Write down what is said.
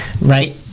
right